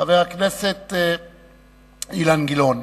חבר הכנסת אילן גילאון.